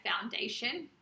foundation